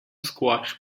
squash